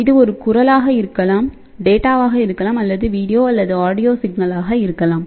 இது ஒரு குரலாக இருக்கலாம் டேட்டாவாக இருக்கலாம் அல்லது வீடியோ அல்லது ஆடியோ சிக்னலாக இருக்கலாம்